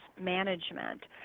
management